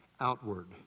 outward